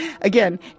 Again